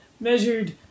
measured